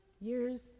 years